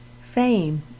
fame